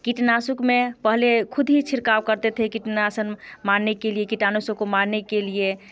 कीटनाशक में पहले खुद ही छिड़काव करते थे कीटनाशक मारने के लिए मारने के लिए